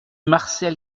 marcel